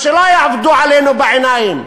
אז שלא יעבדו עלינו בעיניים,